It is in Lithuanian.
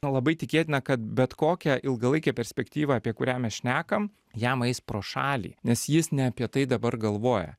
labai tikėtina kad bet kokią ilgalaikę perspektyvą apie kurią mes šnekam jam eis pro šalį nes jis ne apie tai dabar galvoja